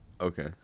Okay